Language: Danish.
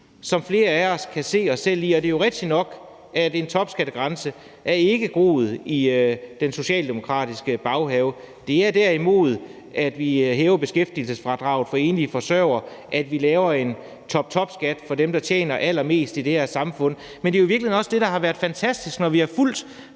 som flere af os kan se os selv i. Og det er jo rigtigt nok, at en topskattegrænse ikke har groet i den socialdemokratiske baghave; det har det derimod, at vi hæver beskæftigelsesfradraget for enlige forsørgere, og at vi laver en toptopskat for dem, der tjener allermest i det her samfund. Men det er jo i virkeligheden også det, der har været fantastisk, at vi i løbet